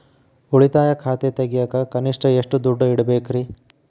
ಉಳಿತಾಯ ಖಾತೆ ತೆಗಿಯಾಕ ಕನಿಷ್ಟ ಎಷ್ಟು ದುಡ್ಡು ಇಡಬೇಕ್ರಿ?